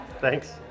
thanks